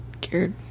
cured